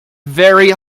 very